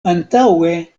antaŭe